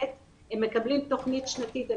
ט' מקבלים תוכנית שנתית.